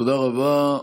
תודה רבה.